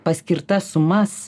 paskirtas sumas